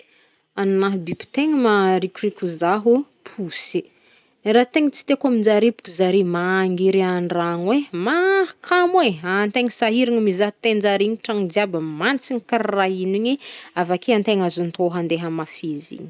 Agnahy biby tegn maharikoriko zaho, posy! Raha tegn tsy tiako aminjare bôka zare mangery an-dragno e, mahakamo e! Antegna sahiragna mizaha tenjare igny, trano jiaby mantsigny karaha ino igny. Avake antegna azontoha ande hamafy izy igny.